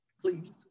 please